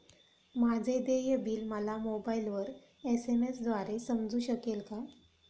माझे देय बिल मला मोबाइलवर एस.एम.एस द्वारे समजू शकेल का?